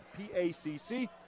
PACC